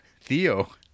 Theo